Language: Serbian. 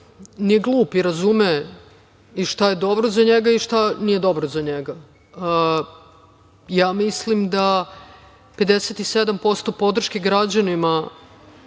nije glup, jer razume i šta je dobro za njega i šta nije dobro za njega. Ja mislim da 57% podrške građanima